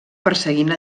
perseguint